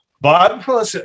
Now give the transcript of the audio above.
Bob